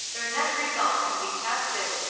their net result can be tested.